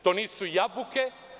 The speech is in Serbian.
To nisu jabuke.